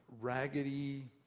raggedy